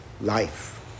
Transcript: life